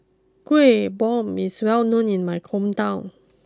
Kueh Bom is well known in my hometown